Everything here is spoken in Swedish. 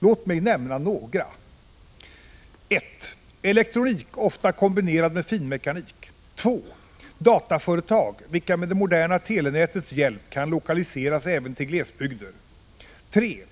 Låt mig nämna några: 2. Dataföretag vilka med det moderna telenätets hjälp kan lokaliseras även till glesbygden. 3.